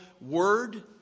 word